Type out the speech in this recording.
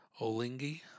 Olingi